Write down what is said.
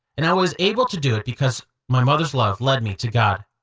and i was able to do it because my mother's love led me to god,